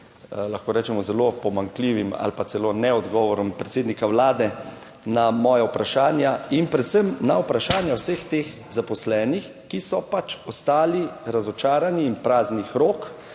lahko rečemo zelo pomanjkljivim ali pa celo ne-odgovorom predsednika Vlade na moja vprašanja in predvsem na vprašanja vseh teh zaposlenih, ki so pač ostali razočarani in praznih rok